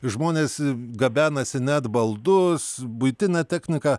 žmonės gabenasi net baldus buitinę techniką